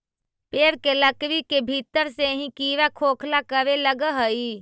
पेड़ के लकड़ी के भीतर से ही कीड़ा खोखला करे लगऽ हई